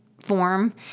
form